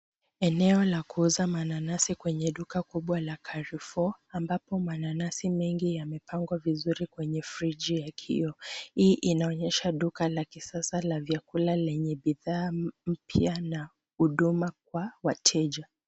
Eneo la kuuza mananasi kwenye duka kubwa la Carrefour ambapo mananasi mengi yamepangwa vizuri kwenye friji ya kioo. Hii inaonyesha duka la kisasa la vyakula lenye bidhaa mpya na huduma kwa wateja.